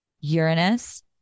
Uranus